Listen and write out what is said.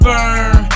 Burn